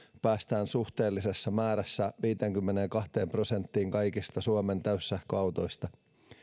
päästään suhteellisessa määrässä viiteenkymmeneenkahteen prosenttiin kaikista suomen täyssähköautoista